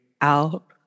out